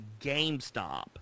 GameStop